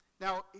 Now